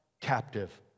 captive